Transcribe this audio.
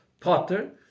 potter